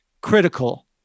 critical